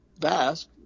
Basque